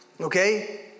Okay